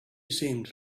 seemed